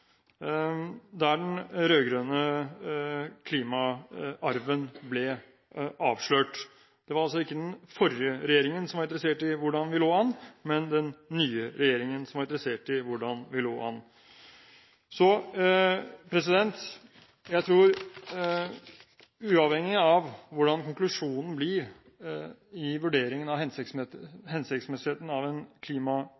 der den rød-grønne klimaarven ble avslørt. Det var altså ikke den forrige regjeringen som var interessert i hvordan vi lå an, men den nye regjeringen som var interessert i hvordan vi lå an. Jeg tror at uavhengig av hvordan konklusjonen blir i vurderingen av